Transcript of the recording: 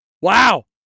Wow